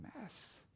mess